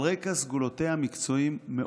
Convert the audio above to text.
על רקע סגולותיה המקצועיות.